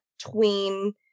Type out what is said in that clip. tween